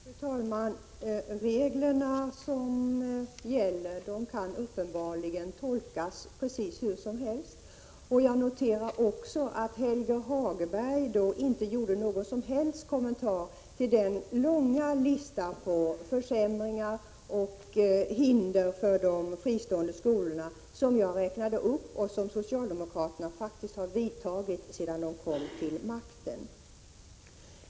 Fru talman! Reglerna som gäller kan uppenbarligen tolkas precis hur som helst. Jag noterar också att Helge Hagberg inte gjorde någon som helst kommentar till den långa listan över försämringar och hinder för de fristående skolorna som socialdemokraterna faktiskt har infört sedan de kom till makten och som jag räknade upp.